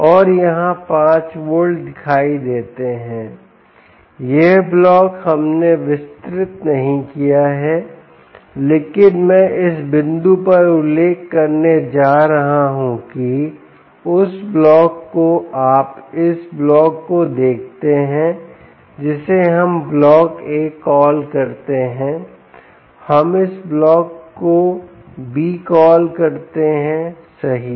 और यहां 5 वोल्ट दिखाई देते हैं यह ब्लॉक हमने विस्तृत नहीं किया है लेकिन मैं इस बिंदु पर उल्लेख करने जा रहा हूं कि उस ब्लॉक को आप इस ब्लॉक को देखते हैं जिसे हम ब्लॉक A कॉल करते हैं हम इस ब्लॉक को B कॉल करते हैं सही